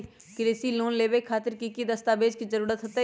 कृषि लोन लेबे खातिर की की दस्तावेज के जरूरत होतई?